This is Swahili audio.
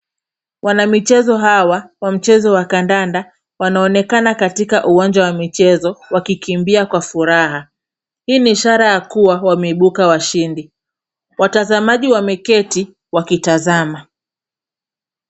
Wanamichezo hawa wa mchezo wa kandanda, wanaonekana katika uwanja wa michezo wakikimbia kwa furaha. Hii ni ishara ya kuwa wameibuka washindi. Watazamaji wameketi wakitazama.